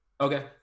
Okay